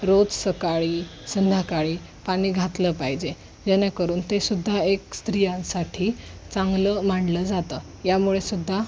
रोज सकाळी संध्याकाळी पाणी घातलं पाहिजे जेणेकरून ते सुद्धा एक स्त्रियांसाठी चांगलं मानलं जातं यामुळेसुद्धा